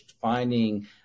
finding